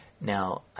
Now